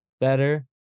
better